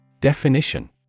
Definition